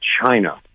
china